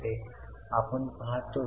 येथे आपल्याकडे एकच आहे